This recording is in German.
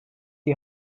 die